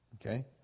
Okay